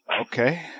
Okay